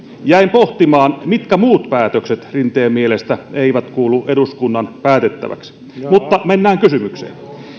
jäin pohtimaan mitkä muut päätökset rinteen mielestä eivät kuulu eduskunnan päätettäväksi mutta mennään kysymykseen